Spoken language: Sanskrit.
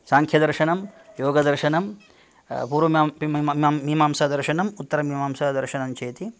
साङ्ख्यदर्शनं योगदर्शनं पूर्व मीमांसादर्शनम् उत्तरमीमांसादर्शनं चेति